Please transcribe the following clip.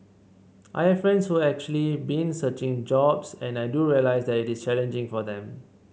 I have friends who have actually been searching jobs and I do realise that it is challenging for them